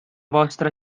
vostra